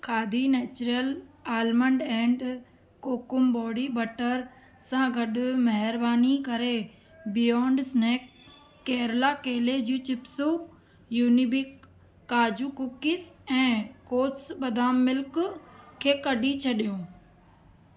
khadi natural almond and kokum body butter सां गॾु महिरबानी करे बियॉन्ड स्नैक केरल केले जी चिप्सूं युनिबिक काजू कुकीज़ ऐं कोथ्स बादाम मिल्क खे कढी छॾियो